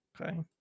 okay